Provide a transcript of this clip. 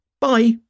Bye